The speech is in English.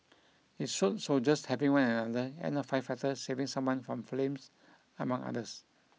it showed soldiers helping one another and a firefighter saving someone from flames among others